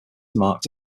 marked